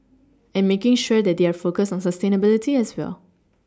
and making sure that they are focused on sustainability as well